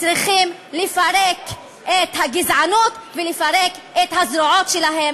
וצריכים לפרק את הגזענות ולפרק את הזרועות שלה,